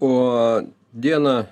o dieną